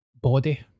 body